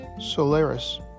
Solaris